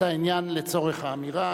הוא אמר את העניין לצורך האמירה,